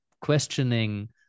questioning